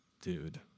dude